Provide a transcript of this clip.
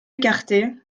écartées